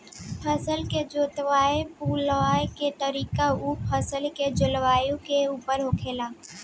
फसल के जोताई बुआई के तरीका उ फसल के जलवायु के उपर होला